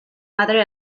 madre